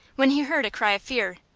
when he heard a cry of fear,